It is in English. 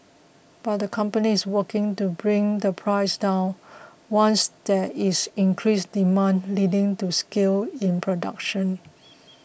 but the company is working to bring the price down once there is increased demand leading to scale in production